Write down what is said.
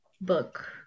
book